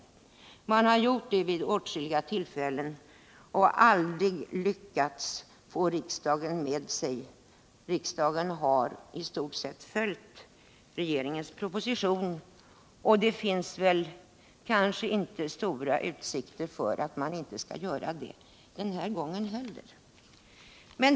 Man har gjort det vid åtskilliga tillfällen och aldrig lyckats få riksdagen med sig. Riksdagen har i stort sett följt regeringens proposition, och det finns kanske stora utsikter att riksdagen skall göra det den här gången också.